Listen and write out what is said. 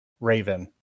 raven